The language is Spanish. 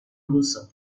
ruso